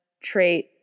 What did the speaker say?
Trait